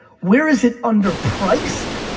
where is it underpriced,